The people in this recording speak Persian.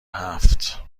هفت